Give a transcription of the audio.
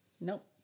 Nope